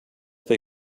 they